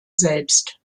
selbst